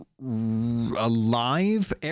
alive